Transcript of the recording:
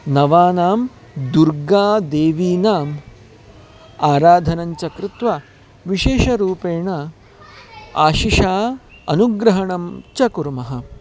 नवानां दुर्गादेवीनाम् आराधनं च कृत्वा विशेषरूपेण आशिषा अनुग्रहणं च कुर्मः